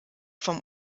vom